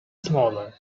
smaller